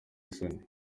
isoni